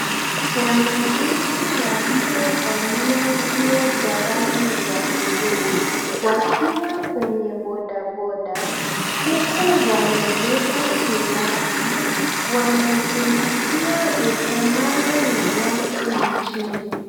Wanajeshi waliovalia nguo za rangi za buluu wakiwa kwenye bodaboda, huku wamebeba silaha. Wanazingatia usalama ya watu nchini.